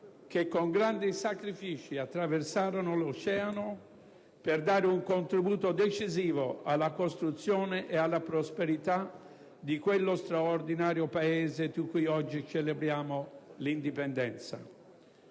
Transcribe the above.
che con grandi sacrifici attraversarono l'oceano per dare un contributo decisivo alla costruzione e alla prosperità di quello straordinario Paese di cui oggi celebriamo l'indipendenza.